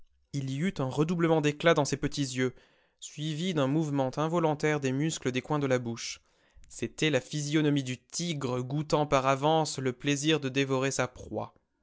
il y eut un redoublement d'éclat dans ses petits yeux suivi d'un mouvement involontaire des muscles des coins de la bouche c'était la physionomie du tigre goûtant par avance le plaisir de dévorer sa proie